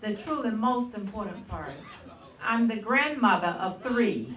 the true and most important part i'm the grandmother of three